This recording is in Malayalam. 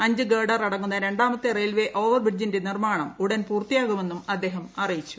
അഞ്ച് ഗർഡർ അടങ്ങുന്ന രാമത്തെ റയിൽവേ ഓവർബ്രിഡ്ജിന്റെ നിർമ്മാണം ഉടൻ പൂർത്തിയാകുമെന്നും അദ്ദേഹം അറിയിച്ചു